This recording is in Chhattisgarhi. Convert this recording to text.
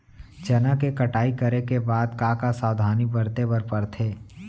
चना के कटाई करे के बाद का का सावधानी बरते बर परथे?